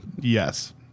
yes